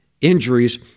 injuries